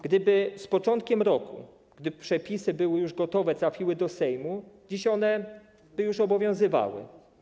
Gdyby z początkiem roku, gdy przepisy były już gotowe, trafiły one do Sejmu, dziś by już obowiązywały.